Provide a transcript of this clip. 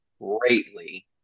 greatly